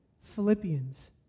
Philippians